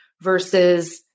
versus